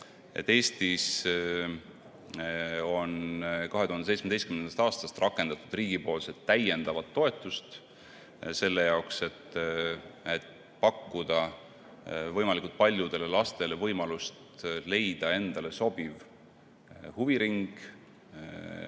Eestis on 2017. aastast rakendatud riigi täiendavat toetust selle jaoks, et pakkuda võimalikult paljudele lastele võimalust leida endale sobiv huviring,